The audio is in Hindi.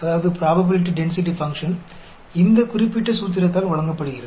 X के लिए प्रोबेबिलिटी डेंसिटी फ़ंक्शन f इस विशेष फार्मूला द्वारा दिया गया है